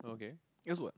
okay here's what